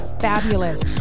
fabulous